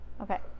Okay